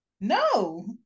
No